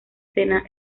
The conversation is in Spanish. sena